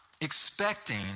expecting